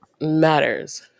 matters